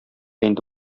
инде